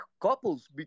couples